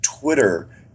twitter